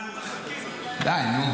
--- נפגשה עם סגן ראש עיריית טולוז.